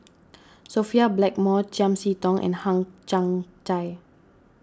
Sophia Blackmore Chiam See Tong and Hang Chang Chieh